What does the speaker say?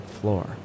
floor